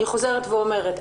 אני חוזרת ואומרת.